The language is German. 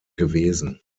gewesen